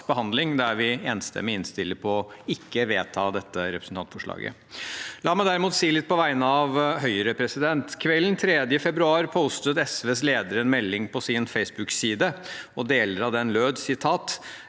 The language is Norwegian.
der vi enstemmig innstiller på ikke å vedta dette representantforslaget. La meg derimot si litt på vegne av Høyre. Om kvelden den 3. februar postet SVs leder en melding på sin Facebook-side. Deler av den lød: